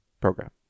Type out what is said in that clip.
program